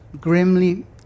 grimly